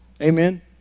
Amen